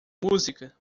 música